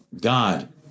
God